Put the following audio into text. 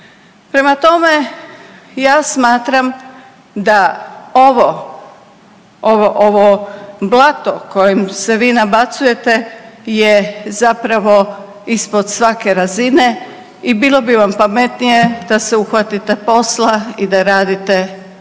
Prema tome, ja smatram da ovo, ovo, ovo blato kojim se vi nabacujete je zapravo ispod svake razine i bilo bi vam pametnije da se uhvatite posla i da radite kvalitetan